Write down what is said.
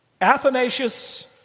Athanasius